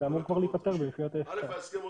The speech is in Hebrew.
זה אמור כבר להיפתר במסגרת ההסכם.